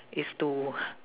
is to